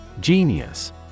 Genius